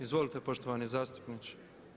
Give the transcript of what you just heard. Izvolite poštovani zastupniče.